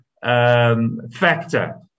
Factor